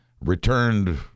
returned